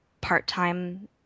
part-time